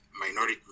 minority